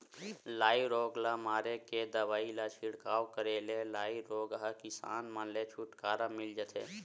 लाई रोग ल मारे के दवई ल छिड़काव करे ले लाई रोग ह किसान मन ले छुटकारा मिल जथे